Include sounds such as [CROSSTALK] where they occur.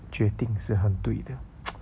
决定是很对的 [NOISE]